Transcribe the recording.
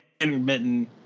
intermittent